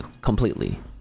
completely